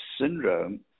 syndrome